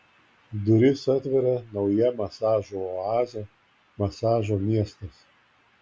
duris atveria nauja masažų oazė masažo miestas